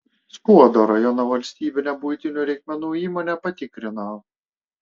skuodo rajono valstybinę buitinių reikmenų įmonę patikrino